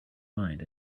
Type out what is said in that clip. mind